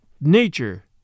nature